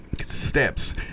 steps